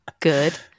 Good